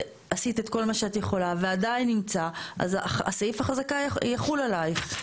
עשית את כל מה שאת יכולה ועדיין נמצא - אז סעיף החזקה יחול עלייך.